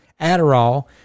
adderall